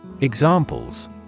Examples